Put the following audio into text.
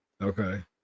okay